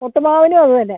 ഒട്ട് മാവിനും അത് തന്നെ